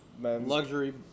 luxury